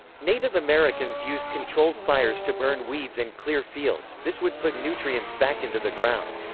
native americans used controlled fires to burn weeds and clear fields this would put nutrients back into the ground.